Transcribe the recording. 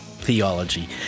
Theology